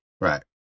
Right